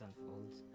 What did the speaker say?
unfolds